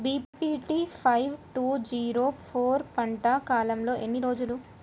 BPT five two zero four పంట కాలంలో ఎన్ని రోజులు?